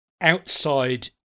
Outside